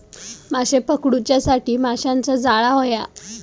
माशे पकडूच्यासाठी माशाचा जाळां होया